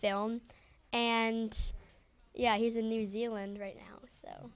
film and yeah he's in new zealand right now so